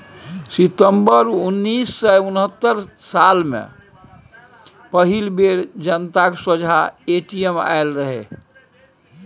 सितंबर उन्नैस सय उनहत्तर साल मे पहिल बेर जनताक सोंझाँ ए.टी.एम आएल रहय